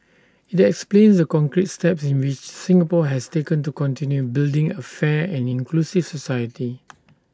IT explains the concrete steps in which Singapore has taken to continue building A fair and inclusive society